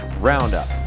Roundup